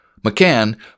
McCann